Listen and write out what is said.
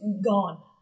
gone